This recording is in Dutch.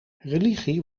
religie